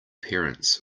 parents